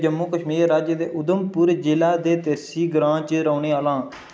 जम्मू कश्मीर राज्य दे उधमपुर जिला दे देसी ग्रां त रौह्ने आह्लां